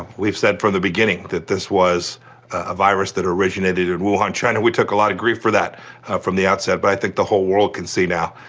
we've said from the beginning that this was a virus that originated in wuhan, china. we took a lot of grief for that from the outset, but i think the whole world can see now.